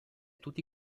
tutti